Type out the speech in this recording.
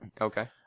Okay